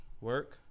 Work